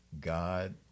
God